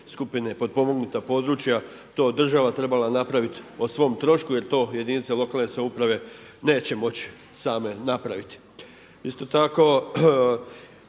skupine potpomognuta područja to država trebala napraviti o svom trošku jer to jedinice lokalne samouprave neće moći same napraviti. Isto tako